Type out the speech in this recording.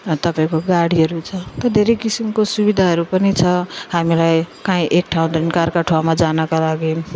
तपाईँको गाडीहरू छ त धेरै किसिमको सुविधाहरू पनि छ हामीलाई काहीँ एक ठाउँदेखि अर्को ठाउँमा जानका लागि